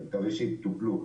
אני מקווה שיטופלו,